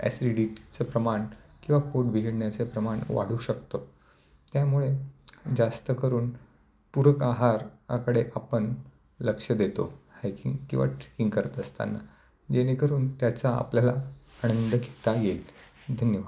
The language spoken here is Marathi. ॲसिडिटीचं प्रमाण किंवा पोट बिघडण्याचं प्रमाण वाढू शकतं त्यामुळे जास्त करून पूरक आहाराकडे आपण लक्ष देतो हायकिंग किंवा ट्रेकिंग करत असताना जेणेकरून त्याचा आपल्याला आनंद घेता येईल धन्यवाद